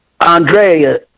Andrea